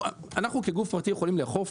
אנו כגוף פרטי יכולים לאכוף?